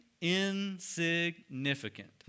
insignificant